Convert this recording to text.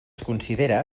considera